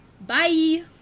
Bye